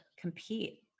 compete